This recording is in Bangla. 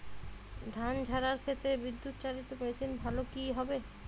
ধান ঝারার ক্ষেত্রে বিদুৎচালীত মেশিন ভালো কি হবে?